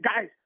guys